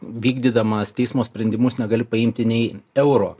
vykdydamas teismo sprendimus negali paimti nei euro